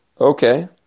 okay